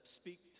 speak